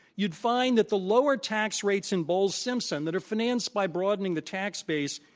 you'd find that the lower tax rates in bowles-simpson that are financed by broadening the tax base,